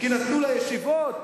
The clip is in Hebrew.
כי נתנו לישיבות,